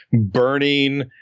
burning